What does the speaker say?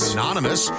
anonymous